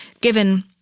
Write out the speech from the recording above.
given